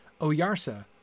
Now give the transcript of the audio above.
Oyarsa